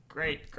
Great